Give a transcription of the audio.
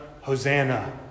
Hosanna